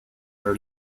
her